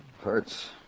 Hurts